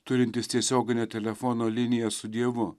turintis tiesioginę telefono liniją su dievu